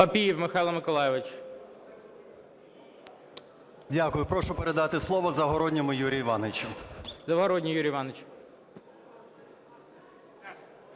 Дякую. Прошу передати слово Загородньому Юрію Івановичу.